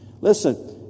Listen